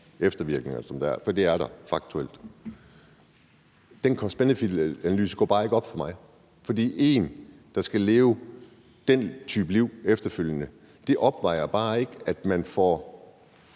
eftervirkninger, som der er – for det er der faktuelt. For det, at der er en, der skal leve den type liv efterfølgende, opvejer bare ikke, at man,